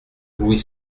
louis